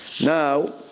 Now